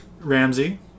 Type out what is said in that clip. Ramsey